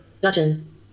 Button